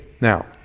Now